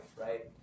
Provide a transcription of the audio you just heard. right